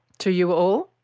to you all?